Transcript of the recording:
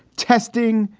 testing,